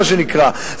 מה שנקרא,